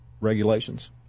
regulations